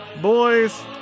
Boys